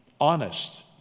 honest